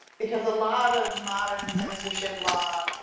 because a lot of modern censorship law,